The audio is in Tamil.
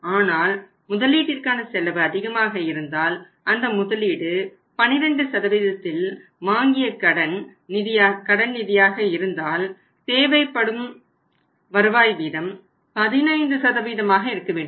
ஆனால் முதலீட்டிற்கான செலவு அதிகமாக இருந்தால் அந்த முதலீடு12இல் வாங்கிய கடன் நிதியாக இருந்தால் தேவைப்படும் வருவாய் வீதம் 15 ஆக இருக்க வேண்டும்